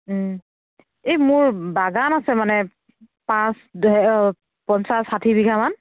এই মোৰ বাগান আছে মানে পাঁচ পঞ্চাশ ষাঠি বিঘামান